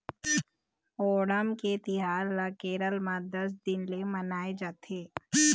ओणम के तिहार ल केरल म दस दिन ले मनाए जाथे